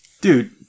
Dude